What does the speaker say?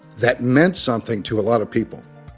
that meant something to a lot of people.